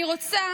אני רוצה